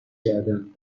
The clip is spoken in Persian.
کردند